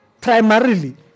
Primarily